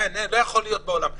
לא, לא יכול להיות בעולם.